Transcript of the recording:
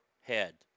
head